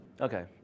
okay